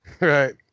Right